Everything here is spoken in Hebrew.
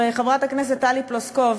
וחברת הכנסת טלי פלוסקוב,